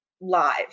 live